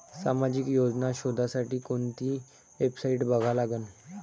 सामाजिक योजना शोधासाठी कोंती वेबसाईट बघा लागन?